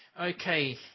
Okay